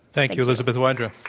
thank you, elizabeth wydra.